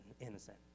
innocent